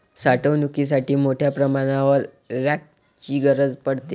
साठवणुकीसाठी मोठ्या प्रमाणावर रॅकची गरज पडते